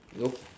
look